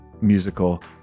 musical